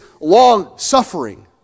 long-suffering